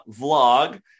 vlog